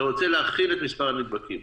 אתה רוצה להכיל את מספר הנדבקים.